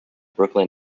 brooklyn